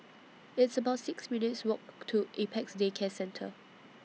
It's about six minutes' Walk to Apex Day Care Centre